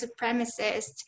supremacist